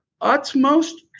utmost